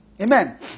Amen